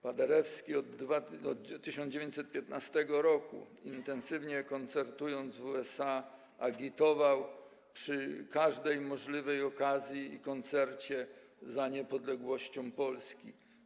Paderewski od 1915 r., intensywnie koncertując w USA, agitował przy każdej możliwej okazji i koncercie za niepodległością Polski.